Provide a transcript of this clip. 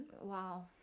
Wow